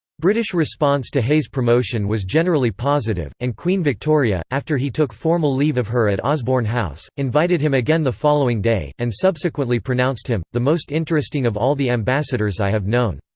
british response to hay's promotion was generally positive, and queen victoria, after he took formal leave of her at osborne house, invited him again the following day, and subsequently pronounced him, the most interesting of all the ambassadors i have known.